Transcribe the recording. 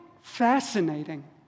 fascinating